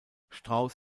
strauß